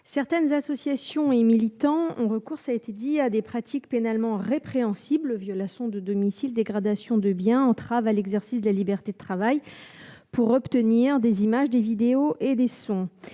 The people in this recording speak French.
Certaines associations et certains militants ont recours à des pratiques pénalement répréhensibles- violation de domicile, dégradation de biens privés, entrave à l'exercice de la liberté du travail -pour obtenir des images, des vidéos ou des